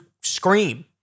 scream